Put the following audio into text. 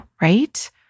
right